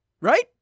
Right